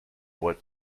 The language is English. what